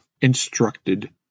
instructed